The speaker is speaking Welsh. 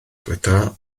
dyweda